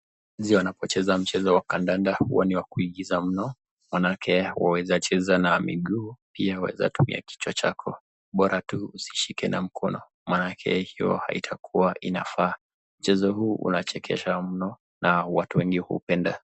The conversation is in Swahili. Wachezaji wanapocheza mchezo wa kandanda uwa ni wa kuigiza mno, manake waweza cheza na mguu unaweza cheza ka kichwa chako. Mchezo huu unachekesha mno na watu wengi hupenda.